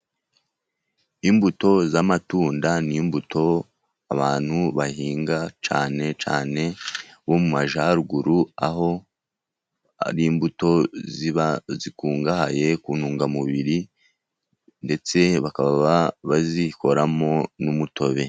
Imbuto z'amatunda ni imbuto abantu bahinga, cyane cyane bo mu Majyaruguru, aho ari imbuto ziba zikungahaye ku ntungamubiri, ndetse bakaba bazikoramo n'umutobe.